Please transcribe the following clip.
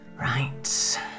Right